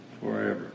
Forever